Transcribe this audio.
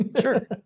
Sure